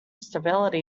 stability